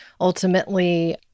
ultimately